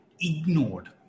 ignored